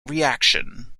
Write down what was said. reaction